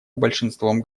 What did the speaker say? большинством